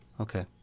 Okay